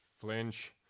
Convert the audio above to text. flinch